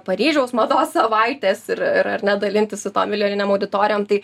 paryžiaus mados savaitės ir ir ar ne dalintis su tom milijoninėm auditorijom tai